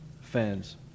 Fans